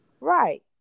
Right